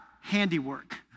handiwork